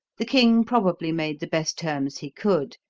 the king probably made the best terms he could,